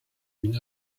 une